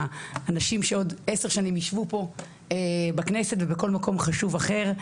האנשים שעוד עשר שנים ישבו פה בכנסת ובכל מקום חשוב אחר,